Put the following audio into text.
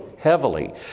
heavily